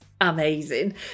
amazing